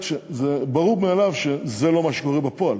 ברור מאליו שזה לא מה שקורה בפועל.